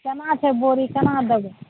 केना छै बोरी केना देबै